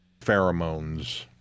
pheromones